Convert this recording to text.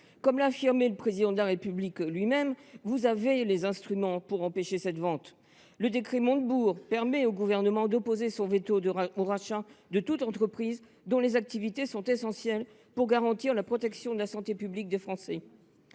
Comme l’a affirmé le Président de la République lui même, vous avez les instruments pour empêcher cette vente. Le décret Montebourg permet au Gouvernement d’opposer son veto au rachat de toute entreprise dont les activités sont essentielles pour garantir la protection de la santé publique des Français.